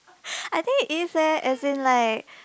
I think is leh as in like